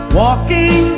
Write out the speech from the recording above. walking